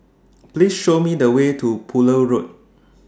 Please Show Me The Way to Poole Road